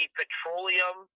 petroleum